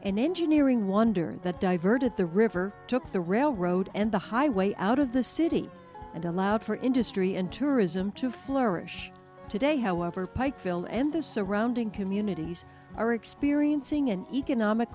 an engineering wonder that diverted the river took the railroad and the highway out of the city and allowed for industry and tourism to flourish today however pikeville and the surrounding communities are experiencing an economic